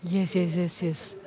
yes yes yes yes